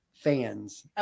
fans